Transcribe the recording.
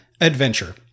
adventure